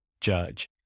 judge